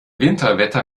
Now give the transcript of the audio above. winterwetter